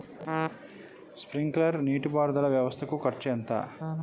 Sprinkler నీటిపారుదల వ్వవస్థ కు ఖర్చు ఎంత?